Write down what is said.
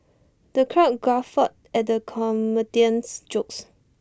the crowd guffawed at the comedian's jokes